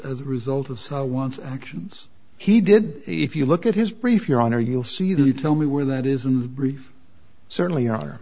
as a result of one's actions he did if you look at his brief your honor you'll see that you tell me where that is in the brief certainly are